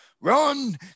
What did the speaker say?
run